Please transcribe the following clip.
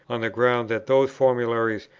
on the ground that those formularies,